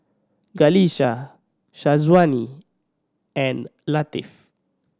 Qalisha Syazwani and Latif